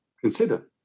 consider